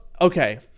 Okay